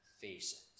faces